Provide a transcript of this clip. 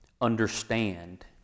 understand